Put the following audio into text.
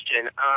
question